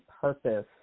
purpose